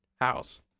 house